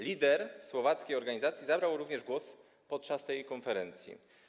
Lider słowackiej organizacji zabrał głos podczas tej konferencji.